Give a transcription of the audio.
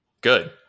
Good